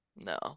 No